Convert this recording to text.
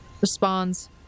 responds